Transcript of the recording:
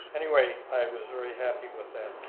anyway i was very happy with that.